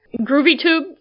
GroovyTube